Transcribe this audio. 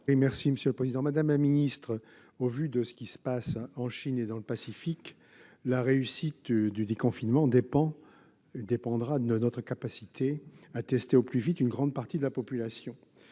des solidarités et de la santé. Au vu de ce qui se passe en Chine et dans le Pacifique, la réussite du déconfinement dépendra de notre capacité à tester au plus vite une grande partie de la population.